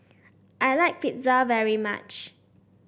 I like Pizza very much